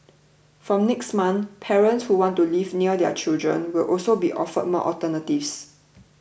from next month parents who want to live near their children will also be offered more alternatives